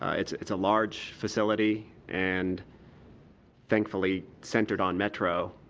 ah it's it's a large facility, and thankfully centered on metro,